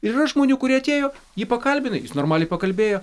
ir yra žmonių kurie atėjo jį pakalbina jis normaliai pakalbėjo